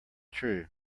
true